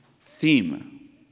theme